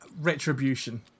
Retribution